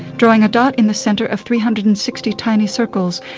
drawing a dot in the centre of three hundred and sixty tiny circles,